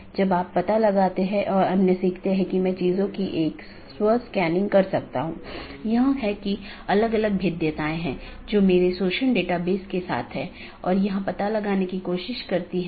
और अगर आप फिर से याद करें कि हमने ऑटॉनमस सिस्टम फिर से अलग अलग क्षेत्र में विभाजित है तो उन क्षेत्रों में से एक क्षेत्र या क्षेत्र 0 बैकबोन क्षेत्र है